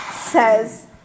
says